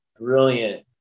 brilliant